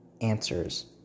answers